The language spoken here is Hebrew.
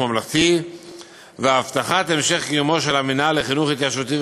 ממלכתי והבטחת המשך קיומו של המינהל לחינוך התיישבותי